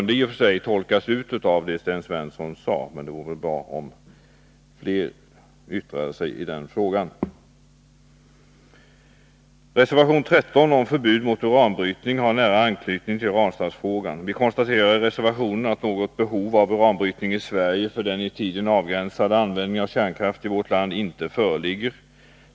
Det som Sten Svensson anförde gav vissa besked, men det vore bra om övriga partier i majoriteten yttrade sig i den här frågan. Reservation 13 om förbud mot uranbrytning har nära anknytning till Ranstadsfrågan. Vi konstaterar i reservationen att något behov av uranbrytning i Sverige för den i tiden avgränsade användningen av kärnkraft i vårt land inte föreligger.